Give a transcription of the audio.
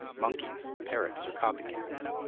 monkeys, parrots, or copy cats.